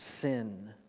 sin